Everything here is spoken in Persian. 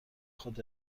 خود